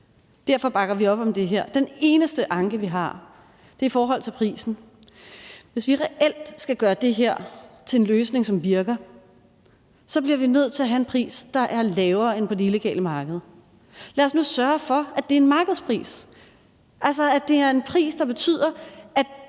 Derfor bakker vi op om det her. Den eneste anke, vi har, er i forhold til prisen. Hvis vi reelt skal gøre det her til en løsning, som virker, bliver vi nødt til at have en pris, der er lavere end på det illegale marked. Lad os nu sørge for, at det er en markedspris – altså at det er en pris, der betyder, at